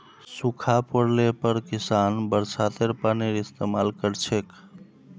सूखा पोड़ले पर किसान बरसातेर पानीर इस्तेमाल कर छेक